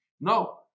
No